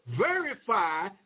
verify